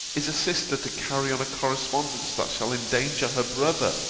is a sister to carry on a correspondence that shall endanger her brother?